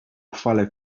chwale